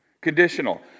Conditional